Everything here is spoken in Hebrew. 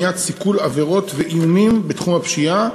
כל זאת למניעה וסיכול של עבירות ואיומים בתחום הפשיעה.